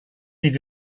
leave